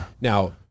Now